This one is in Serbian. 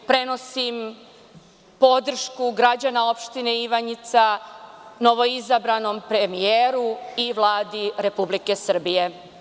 Prenosim podršku građana opštine Ivanjica novoizabranom premijeru i Vladi Republike Srbije.